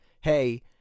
Hey